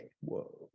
whoa